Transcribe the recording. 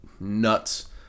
nuts